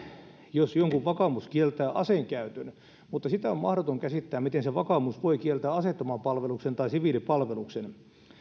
jos jonkun vakaumus kieltää aseen käytön mutta sitä on mahdotonta käsittää miten se vakaumus voi kieltää aseettoman palveluksen tai siviilipalveluksen